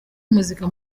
muzika